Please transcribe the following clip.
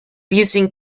using